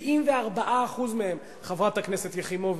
ש-74% מהם, חברת הכנסת יחימוביץ,